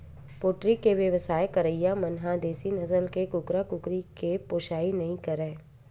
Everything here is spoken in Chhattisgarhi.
पोल्टी के बेवसाय करइया मन ह देसी नसल के कुकरा, कुकरी के पोसइ नइ करय